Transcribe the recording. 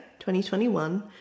2021